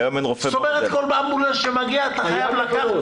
כלומר כל אמבולנס שמגיע, אתה חייב לקחת את האדם?